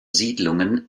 siedlungen